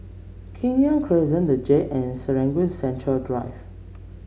Kenya Crescent the Jade and Serangoon Central Drive